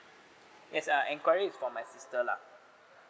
yes err enquiry for my sister lah